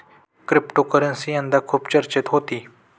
cryptocurrency यंदा खूप चर्चेत होती